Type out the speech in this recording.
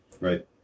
Right